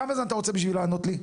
כמה זמן אתה רוצה בשביל לענות לי?